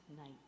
night